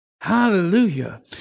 Hallelujah